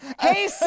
Hey